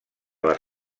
les